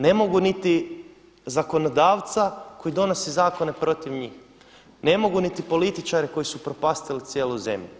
Ne mogu niti zakonodavca koji donosi zakone protiv njih, ne mogu niti političara koji su upropastili cijelu zemlju.